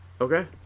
Okay